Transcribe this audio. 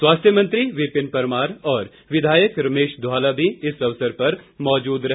स्वास्थ्य मंत्री विपिन परमार और विधायक रमेश धवाला भी इस अवसर पर मौजूद रहे